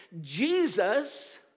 Jesus